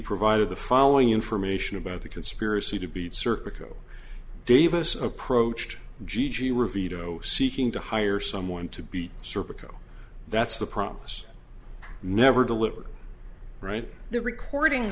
provided the following information about the conspiracy to be circle davis approached g g were veto seeking to hire someone to be circa that's the promise never delivered right the recording